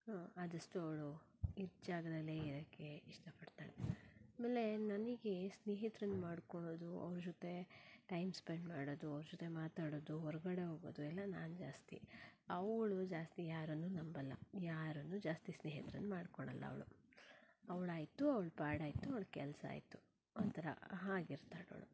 ಆದಷ್ಟು ಅವಳು ಇದ್ದ ಜಾಗದಲ್ಲೇ ಇರೋಕ್ಕೆ ಇಷ್ಟಪಡ್ತಾಳೆ ಆಮೇಲೆ ನನಗೆ ಸ್ನೇಹಿತ್ರನ್ನ ಮಾಡ್ಕೊಳ್ಳೋದು ಅವ್ರ ಜೊತೆ ಟೈಮ್ ಸ್ಪೆಂಡ್ ಮಾಡೋದು ಅವ್ರ ಜೊತೆ ಮಾತಾಡೋದು ಹೊರಗಡೆ ಹೋಗೋದು ಎಲ್ಲ ನಾನು ಜಾಸ್ತಿ ಅವಳು ಜಾಸ್ತಿ ಯಾರನ್ನೂ ನಂಬೋಲ್ಲ ಯಾರನ್ನೂ ಜಾಸ್ತಿ ಸ್ನೇಹಿತ್ರನ್ನ ಮಾಡ್ಕೊಳ್ಳೋಲ್ಲ ಅವಳು ಅವಳಾಯ್ತು ಅವ್ಳ ಪಾಡಾಯಿತು ಅವ್ಳ ಕೆಲಸ ಆಯಿತು ಒಂದು ಥರ ಹಾಗೆ ಇರ್ತಾಳೆ ಅವಳು